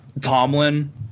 Tomlin